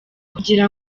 kugira